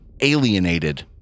alienated